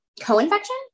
co-infection